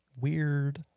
Weird